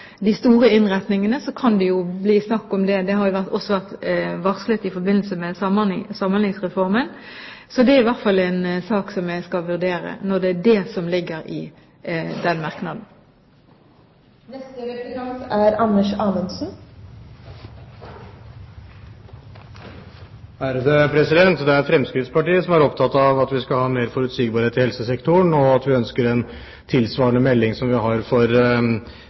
de store innretningene, kan det jo bli snakk om det. Det har jo også vært varslet i forbindelse med Samhandlingsreformen, så det er i hvert fall en sak som jeg skal vurdere, når det er det som ligger i den merknaden. Det er Fremskrittspartiet som er opptatt av at vi skal ha mer forutsigbarhet i helsesektoren, og at vi ønsker en tilsvarende melding som vi har for